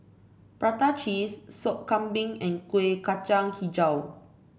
Prata Cheese Sop Kambing and Kueh Kacang hijau